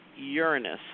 Uranus